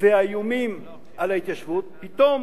והאיומים על ההתיישבות, פתאום